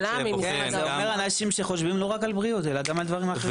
יש אנשים שחושבים לא רק על בריאות אלא גם על דברים אחרים.